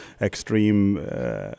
extreme